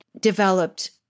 developed